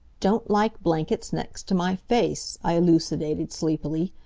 don't like blankets next to my face, i elucidated, sleepily,